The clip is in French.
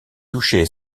touché